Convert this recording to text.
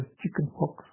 chickenpox